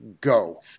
go